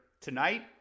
tonight